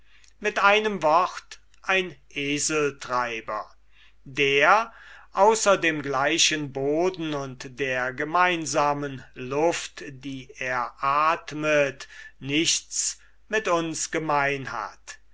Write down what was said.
mit einem wort ein eseltreiber der außer dem gleichen boden und der gemeinsamen luft die er atmet nichts mit uns gemein hat